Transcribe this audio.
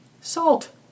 salt